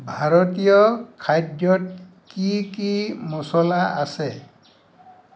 ভাৰতীয় খাদ্যত কি কি মচলা আছে